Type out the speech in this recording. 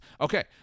Okay